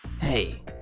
Hey